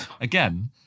again